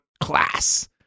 class